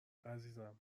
عزیزم